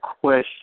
question